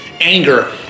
anger